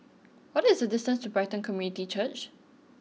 what is the distance to Brighton Community Church